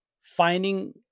finding